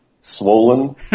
Swollen